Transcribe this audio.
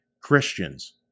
Christians